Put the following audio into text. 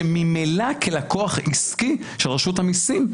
כשממילא כלקוח עסקי של רשות המיסים,